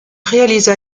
réalisa